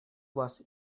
вас